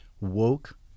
woke